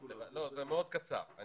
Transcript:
מאוד קצר.